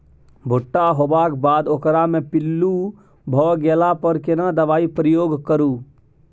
भूट्टा होबाक बाद ओकरा मे पील्लू भ गेला पर केना दबाई प्रयोग करू?